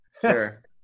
sure